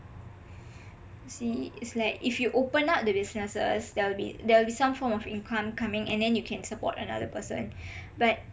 see it's like if you open up the businesses there'll be there'll be some form of income coming and then you can support another person but